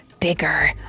bigger